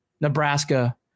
Nebraska